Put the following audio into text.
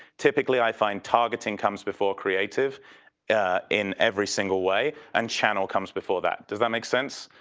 typically i find targeting comes before creative in every single way, and channel comes before that. does that make sense?